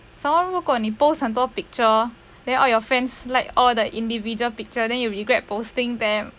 some more 如果你 post 很多 picture then all your friends like all the individual picture then you regret posting them